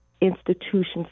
institutions